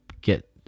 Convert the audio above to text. get